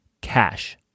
cash